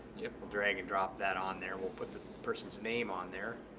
yep. we'll drag and drop that on there. we'll put the person's name on there,